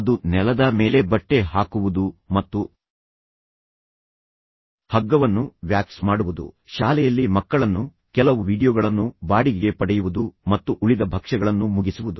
ಅದು ನೆಲದ ಮೇಲೆ ಬಟ್ಟೆ ಹಾಕುವುದು ಮತ್ತು ಹಗ್ಗವನ್ನು ವ್ಯಾಕ್ಸ್ ಮಾಡುವುದು ಶಾಲೆಯಲ್ಲಿ ಮಕ್ಕಳನ್ನು ಕೆಲವು ವೀಡಿಯೊಗಳನ್ನು ಬಾಡಿಗೆಗೆ ಪಡೆಯುವುದು ಮತ್ತು ಉಳಿದ ಭಕ್ಷ್ಯಗಳನ್ನು ಮುಗಿಸುವುದು